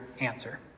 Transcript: answer